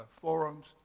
forums